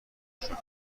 شکرت